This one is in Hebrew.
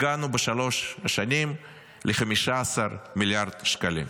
הגענו בשלוש השנים ל-15 מיליארד שקלים,